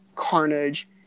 carnage